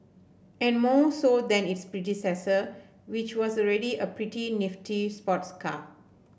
and more so than its predecessor which was already a pretty nifty sports car